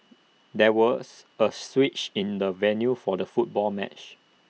there was A switch in the venue for the football match